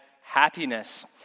happiness